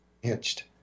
hitched